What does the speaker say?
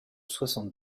soixante